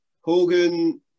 Hogan